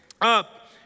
up